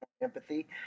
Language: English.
empathy